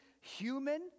human